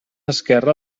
esquerra